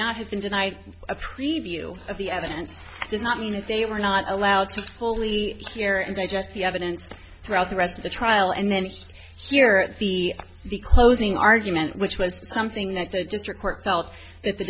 not have been denied a preview of the evidence does not mean if they were not allowed to fully hear and digest the evidence throughout the rest of the trial and then hear at the the closing argument which was something that the district court felt that the